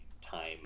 time